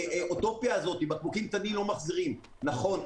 האוטופיה הזאת שבקבוקים קטנים לא מחזירים נכון.